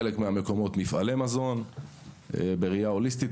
בחלק מהמקומות מפעלי מזון בראייה הוליסטית.